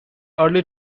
early